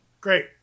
Great